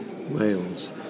Wales